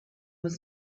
was